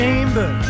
Chamber